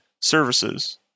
services